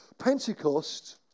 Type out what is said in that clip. Pentecost